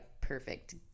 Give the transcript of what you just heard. perfect